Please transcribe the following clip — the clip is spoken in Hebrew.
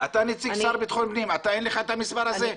אתה נציג השר לבטחון פנים, אין לך את המספר הזה?